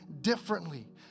differently